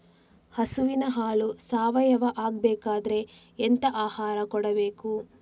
ಹಸುವಿನ ಹಾಲು ಸಾವಯಾವ ಆಗ್ಬೇಕಾದ್ರೆ ಎಂತ ಆಹಾರ ಕೊಡಬೇಕು?